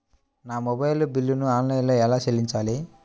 నా మొబైల్ బిల్లును ఆన్లైన్లో ఎలా చెల్లించాలి?